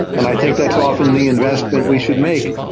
and i think that's often the investment we should make.